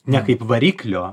ne kaip variklio